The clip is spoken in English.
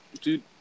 Dude